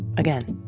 again